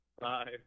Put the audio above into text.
Bye